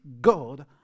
God